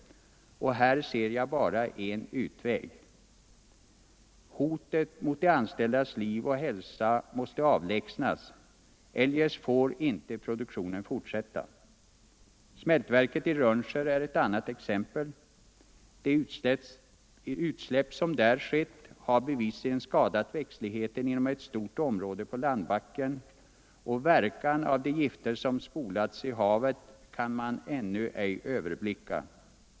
Här ser jag bara en utväg: hotet mot de anställdas liv och hälsa måste avlägsnas, eljest får inte produktionen fortsättas. Smältverket i Rönnskär är ett annat exempel. De utsläpp som där skett har bevisligen skadat växtligheten inom ett stort område på landbacken, och verkan av de gifter som spolats i havet kan man ännu ej överblicka.